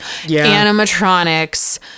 animatronics